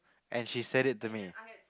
and she said it to me